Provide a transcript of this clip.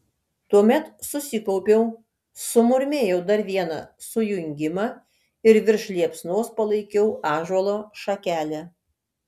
tuomet susikaupiau sumurmėjau dar vieną sujungimą ir virš liepsnos palaikiau ąžuolo šakelę